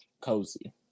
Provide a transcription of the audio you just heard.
Cozy